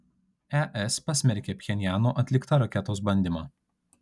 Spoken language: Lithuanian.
es pasmerkė pchenjano atliktą raketos bandymą